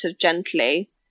gently